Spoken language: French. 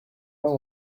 pas